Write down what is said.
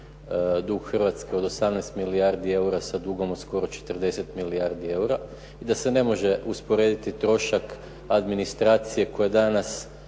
dug Hrvatske od 18 milijardi eura sa dugom od skoro 40 milijardi eura i da se ne može usporediti trošak administracije koja danas